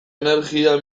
energia